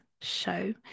show